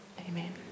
Amen